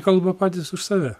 kalba patys už save